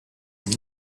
est